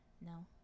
no